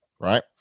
right